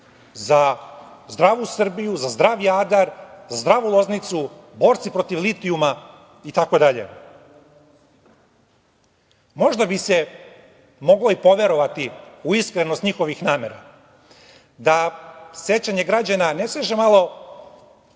za zdravu Srbiju, za zdrav Jadar, za zdravu Loznicu, borci protiv litijuma itd. Možda bi se moglo i poverovati u iskrenost njihovih namera da sećanje građana ne seže malo